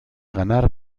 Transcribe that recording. ganar